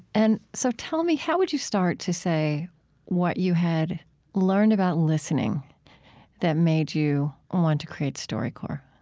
and so tell me, how would you start to say what you had learned about listening that made you want to create storycorps?